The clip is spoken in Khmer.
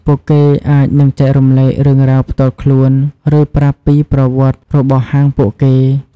ពួកគេអាចនឹងចែករំលែករឿងរ៉ាវផ្ទាល់ខ្លួន ឬប្រាប់ពីប្រវត្តិរបស់ហាងពួកគេ។